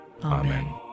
Amen